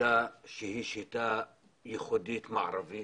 בשיטה מערבית ייחודית